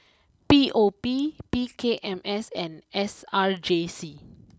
P O P P K M S and S R J C